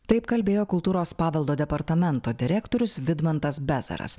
taip kalbėjo kultūros paveldo departamento direktorius vidmantas bezaras